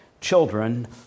children